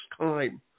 time